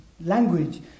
language